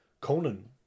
Conan